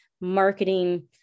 marketing